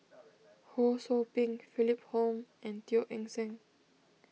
Ho Sou Ping Philip Hoalim and Teo Eng Seng